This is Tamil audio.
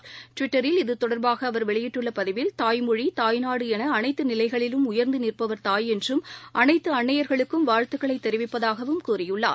வெளியிட்டுள்ளபதிவில் இதுதொடர்பாகஅவர் டுவிட்டரில் தாய்மொழி தாய்நாடுஎனஅனைத்துநிலைகளிலும் உயர்ந்துநிற்பவர் தாய் என்றும் அனைத்துஅன்னையர்களுக்கும் வாழ்த்துகளைதெரிவிப்பதாகவும் கூறியுள்ளார்